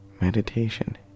Meditation